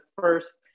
first